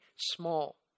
small